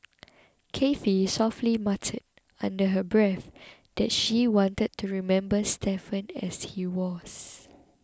Cathy softly muttered under her breath that she wanted to remember Stephen as he was